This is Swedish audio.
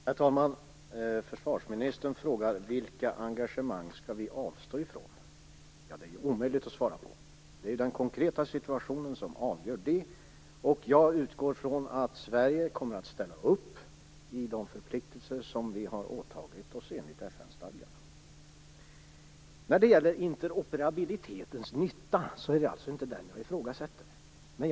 Herr talman! Försvarsministern frågar: Vilka engagemang skall vi avstå från? Det är omöjligt att svara på. Det är den konkreta situationen som avgör det. Jag utgår från att Sverige kommer att ställa upp i de förpliktelser som vi har åtagit oss enligt FN Det är inte interoperabilitetens nytta som jag ifrågasätter.